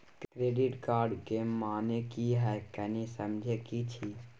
Credit card के माने की हैं, कनी समझे कि छि?